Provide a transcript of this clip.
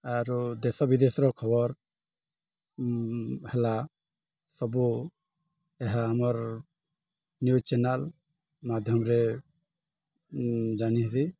ଆରୁ ଦେଶ ବିଦେଶର ଖବର ହେଲା ସବୁ ଏହା ଆମର୍ ନ୍ୟୁଜ୍ ଚ୍ୟାନେଲ୍ ମାଧ୍ୟମରେ ଜାନିସି